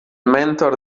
mentor